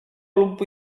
lub